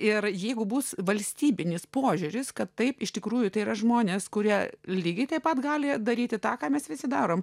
ir jeigu bus valstybinis požiūris kad taip iš tikrųjų tai yra žmonės kurie lygiai taip pat gali daryti tą ką mes visi darome